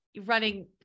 running